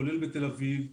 כולל בתל אביב,